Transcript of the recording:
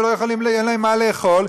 אין להם מה לאכול,